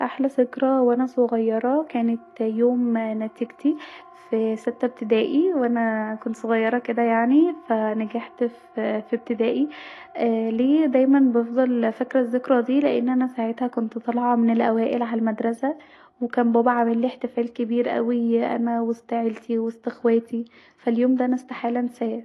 احلي ذكري وانا صغيره كانت يوم نتيجتي في سته ابتدائي وانا كنت صغيره كدا يعني ف نجحت في ابتدائي ليه دايما بفضل فاكره الذكري دي لأن انا ساعتها كنت طالعه من الاوائل علي المدرسه وكان بابا عاملي احتفال كبير اوي انا وسط عيلتي ووسط اخواتي ف اليوم ده انا استحاله أنساه